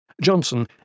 Johnson